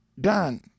done